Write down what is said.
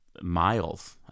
miles